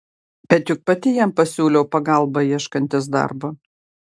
bet juk pati jam pasiūliau pagalbą ieškantis darbo